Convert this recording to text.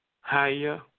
higher